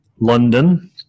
London